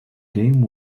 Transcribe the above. game